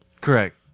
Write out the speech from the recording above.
Correct